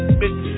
bitch